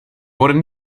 wurde